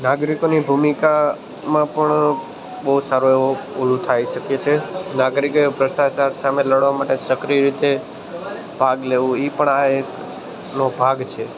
નાગરિકોની ભૂમિકામાં પણ બહુ સારો એવું ઓલું થઈ શકે છે નાગરીકે ભ્રસ્ટાચાર સામે લડવા માટે સક્રીય રીતે ભાગ લેવું એ પણ આ એક ભાગ છે